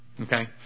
Okay